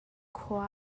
khua